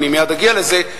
ומייד אגיע לזה.